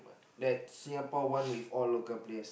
that Singapore won with all local players